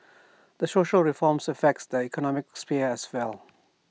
these social reforms affect the economic sphere as well